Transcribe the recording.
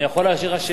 אני יכול להרשות לך,